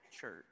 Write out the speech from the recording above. church